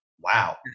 wow